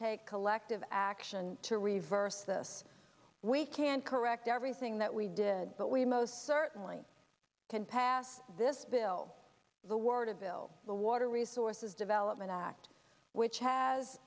take collective action to reverse this we can't correct everything that we did but we most certainly can pass this bill the word of bill the water resources development act which has